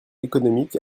économiques